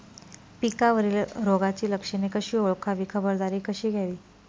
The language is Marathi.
पिकावरील रोगाची लक्षणे कशी ओळखावी, खबरदारी कशी घ्यावी?